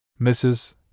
Mrs